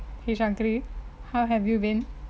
!hey! shantri how have you been